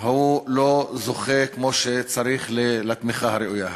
הוא לא זוכה כמו שצריך לתמיכה הראויה.